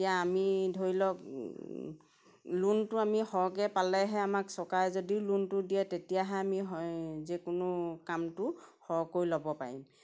তেতিয়া আমি ধৰি লওক লোনটো আমি সৰহকৈ পালেহে আমাক চৰকাৰে যদিও লোনটো দিয়ে তেতিয়াহে আমি যি কোনো কামটো সৰহকৈ ল'ব পাৰিম